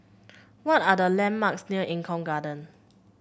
what are the landmarks near Eng Kong Garden